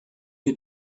you